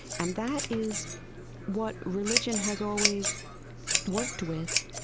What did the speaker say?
and that is what religion has always worked with.